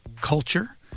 culture